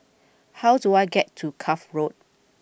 how do I get to Cuff Road